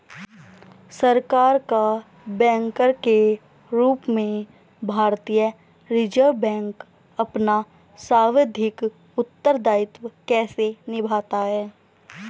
सरकार का बैंकर के रूप में भारतीय रिज़र्व बैंक अपना सांविधिक उत्तरदायित्व कैसे निभाता है?